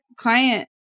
client